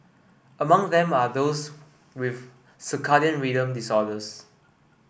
among them are those with circadian rhythm disorders